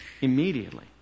immediately